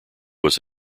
was